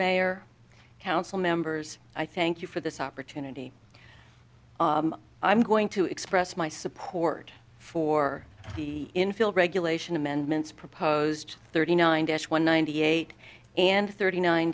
mayor council members i thank you for this opportunity i'm going to express my support for the infield regulation amendments proposed thirty nine dash one ninety eight and thirty nine